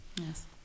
Yes